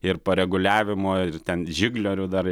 ir pareguliavimo ir ten žiklerių dar